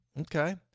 okay